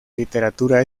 literatura